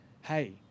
hey